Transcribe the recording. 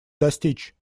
достичь